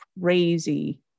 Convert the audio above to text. crazy